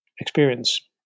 experience